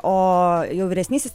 o jau vyresnysis